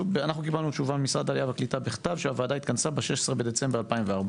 אנחנו קיבלנו תשובה ממשרד העלייה בכתב שהוועדה התכנסה ב-16 בדצמבר 2014,